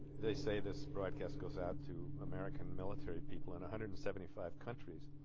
they say this broadcast goes out to american military people in a hundred and seventy five countries